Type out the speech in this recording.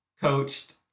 coached